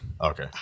Okay